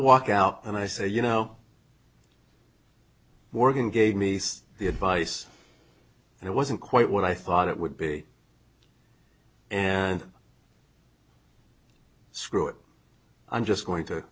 walk out and i say you know morgan gave me the advice and it wasn't quite what i thought it would be and screw it i'm just going to